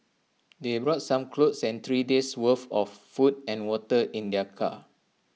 they brought some clothes and three days' worth of food and water in their car